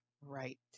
right